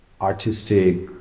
artistic